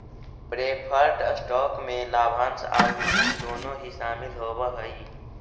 preferred stock में लाभांश आउ ऋण दोनों ही शामिल होवऽ हई